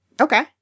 Okay